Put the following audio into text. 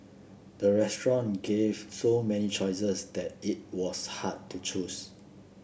the restaurant gave so many choices that it was hard to choose